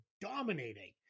dominating